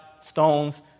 stones